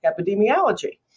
epidemiology